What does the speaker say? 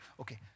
Okay